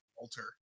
Alter